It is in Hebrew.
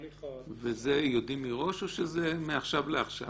בתהליך --- וזה יודעים מראש או שזה מעכשיו לעכשיו?